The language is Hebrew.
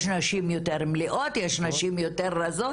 יש נשים יותר מלאות, יש נשים יותר רזות.